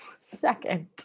second